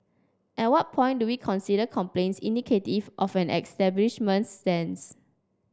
at what point do we consider complaints indicative of an establishment's stance